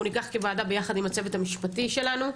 ניקח כוועדה ביחד עם הצוות המשפטי שלנו,